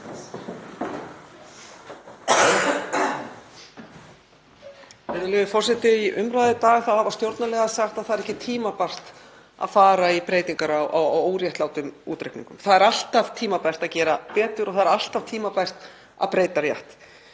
Virðulegur forseti. Í umræðu í dag þá hafa stjórnarliðar sagt að það væri ekki tímabært að gera breytingar á óréttlátum útreikningum. Það er alltaf tímabært að gera betur og það er alltaf tímabært að breyta rétt.